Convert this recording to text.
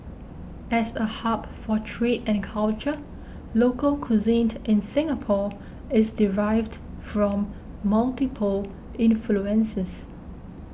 as a hub for trade and culture local cuisine in Singapore is derived from multiple influences